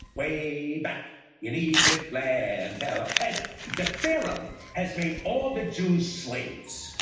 way back in egypt land yeah like anyway, the pharaoh has made all the jews slaves.